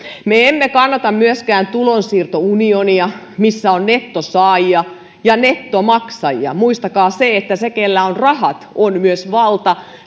me emme kannata myöskään tulonsiirtounionia missä on nettosaajia ja nettomaksajia muistakaa että sillä kenellä on rahat on myös valta